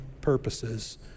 purposes